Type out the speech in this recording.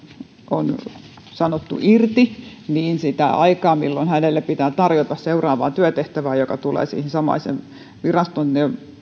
on sanottu irti niin sitä aikaa milloin hänelle pitää tarjota seuraavaa työtehtävää joka tulee sen samaisen viraston